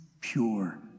pure